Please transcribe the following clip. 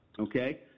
Okay